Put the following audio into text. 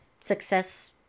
Success